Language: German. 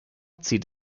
zieht